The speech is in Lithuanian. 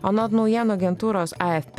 anot naujienų agentūros afp